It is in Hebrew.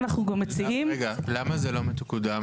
למה זה לא מקודם?